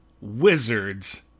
Wizards